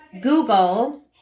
Google